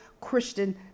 Christian